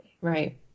Right